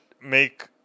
make